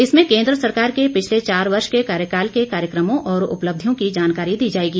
इसमें केन्द्र सरकार के पिछले चार वर्ष के कार्यकाल के कार्यक्रमों और उपलब्धियों की जानकारी दी जाएगी